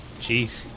Jeez